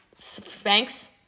Spanx